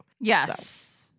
Yes